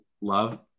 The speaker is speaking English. love